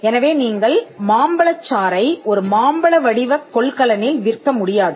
எனவே நீங்கள் மாம்பழச் சாறை ஒரு மாம்பழ வடிவக் கொள்கலனில் விற்க முடியாது